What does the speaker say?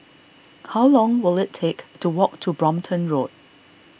how long will it take to walk to Brompton Road